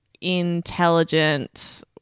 intelligent